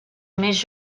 més